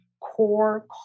core